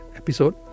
episode